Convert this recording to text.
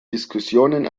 diskussionen